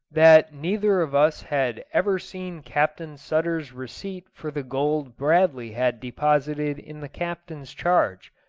that neither of us had ever seen captain sutter's receipt for the gold bradley had deposited in the captain's charge,